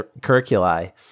curricula